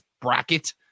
bracket